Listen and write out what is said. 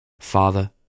Father